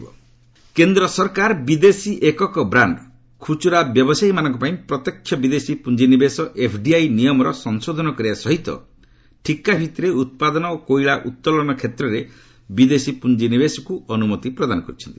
cabinet କେନ୍ଦ୍ର ସରକାର ବିଦେଶୀ ଏକକ ବ୍ରାଣ୍ଡ ଖୁଚୁରା ବ୍ୟବସାୟୀମାନଙ୍କ ପାଇଁ ପ୍ରତ୍ୟକ୍ଷ ବିଦେଶୀ ପୁଞ୍ଜିନିବେଶ ଏଫ୍ଡିଆଇ ନିୟମର ସଂଶୋଧନ କରିବା ସହିତ ଠିକା ଭିଭିରେ ଉତ୍ପାଦନ ଓ କୋଇଲା ଉତ୍ତୋଳନ କ୍ଷେତ୍ରରେ ବିଦେଶୀ ପୁଞ୍ଜିନିବେଶକୁ ଅନୁମତି ପ୍ରଦାନ କରିଛନ୍ତି